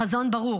החזון ברור: